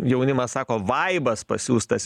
jaunimas sako vaibas pasiųstas